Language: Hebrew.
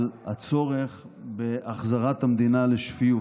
על הצורך בהחזרת המדינה לשפיות.